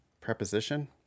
preposition